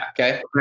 Okay